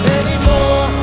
anymore